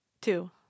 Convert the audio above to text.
Two